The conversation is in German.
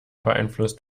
beeinflusst